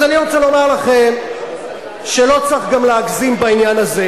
אז אני רוצה לומר לכם שלא צריך גם להגזים בעניין הזה.